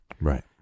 Right